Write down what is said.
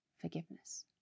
forgiveness